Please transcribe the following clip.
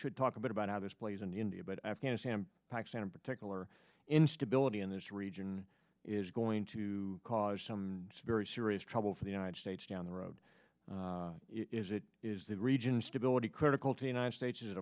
should talk a bit about how this plays into india but afghanistan pakistan in particular instability in this region is going to cause some very serious trouble for the united states down the road is it is the regional stability critical to the united states is